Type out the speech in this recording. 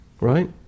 Right